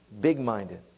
big-minded